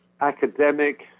academic